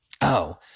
Oh